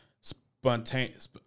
spontaneous